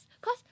Cause